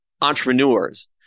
entrepreneurs